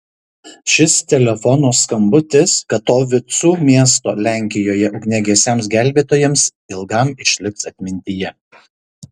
šis telefono skambutis katovicų miesto lenkijoje ugniagesiams gelbėtojams ilgam išliks atmintyje